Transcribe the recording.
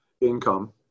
income